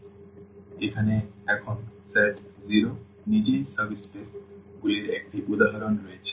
সুতরাং এখানে এখন সেট 0 নিজেই সাব স্পেসগুলির একটি উদাহরণ রয়েছে